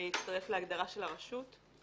להצטרף להגדרה של הרשות?